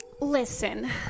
Listen